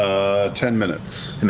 ten minutes,